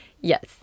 yes